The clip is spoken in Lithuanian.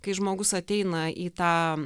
kai žmogus ateina į tą